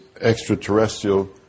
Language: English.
extraterrestrial